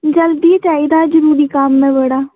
जल्दी चाहिदा जरूरी कम्म ऐ बड़ा